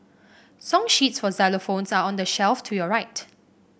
song sheets for xylophones are on the shelf to your right